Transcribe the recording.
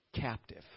captive